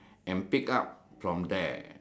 and pick up from there